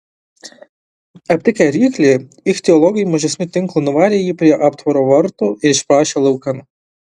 aptikę ryklį ichtiologai mažesniu tinklu nuvarė jį prie aptvaro vartų ir išprašė laukan